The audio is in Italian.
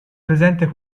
presente